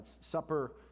Supper